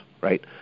right